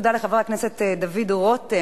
תודה לחבר הכנסת דוד רותם,